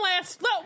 last